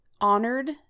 honored